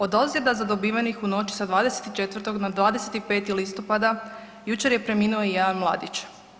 Od ozljeda zadobivenih u noći sa 24. na 25. listopada jučer je preminuo jedan mladić.